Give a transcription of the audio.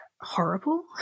horrible